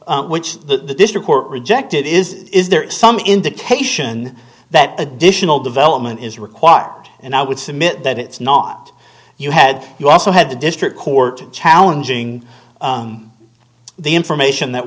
which the report rejected is is there some indication that additional development is required and i would submit that it's not you had you also had the district court challenging the information that